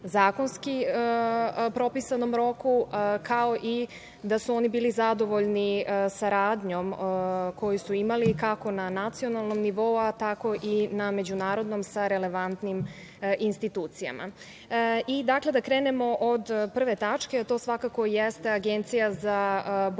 zakonski propisanom roku, kao i da su oni bili zadovoljni saradnjom koju su imali, kako na nacionalnom nivou, tako i na međunarodnom sa relevantnim institucijama. Dakle, da krenemo od prve tačke, a to svako jeste Agencija za borbu